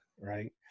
right